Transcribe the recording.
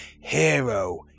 hero